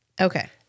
Okay